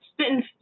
Spitting